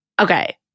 Okay